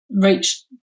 reach